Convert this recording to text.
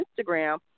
Instagram